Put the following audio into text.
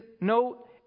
no